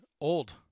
old